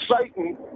Satan